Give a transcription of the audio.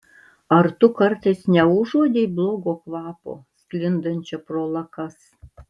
ar tu kartais neužuodei blogo kvapo sklindančio pro lakas